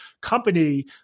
company